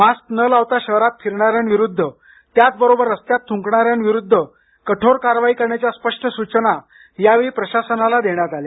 mask न लावता शहरात फिरणाऱ्यांविरुद्ध त्याचबरोबर रस्त्यात थुकणाऱ्यांविरुध्द कठोर कारवाई करण्याच्या स्पष्ट सूचना यावेळी प्रशासनाला देण्यात आल्या